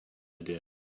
idea